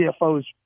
CFO's